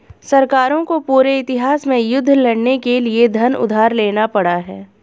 सरकारों को पूरे इतिहास में युद्ध लड़ने के लिए धन उधार लेना पड़ा है